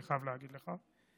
אני חייב להגיד לך,